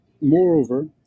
moreover